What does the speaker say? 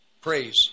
praise